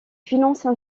financent